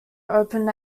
open